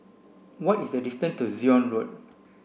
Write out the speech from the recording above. what is the distance to Zion Road